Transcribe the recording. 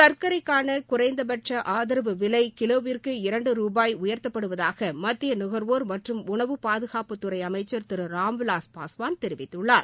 சர்க்கரைக்கான குறைந்தபட்ச ஆதரவு விலை கிலோவிற்கு இரண்டு ரூபாய் உயர்த்தப்படுவதாக மத்திய நுகர்வோர் மற்றும் உணவு பாதுகாப்புத்துறை அமைச்சர் திரு ராம்விவாஸ் பாஸ்வான் தெரிவித்துள்ளார்